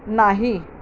नाही